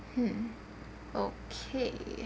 hmm okay